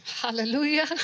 Hallelujah